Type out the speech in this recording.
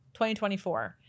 2024